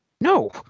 No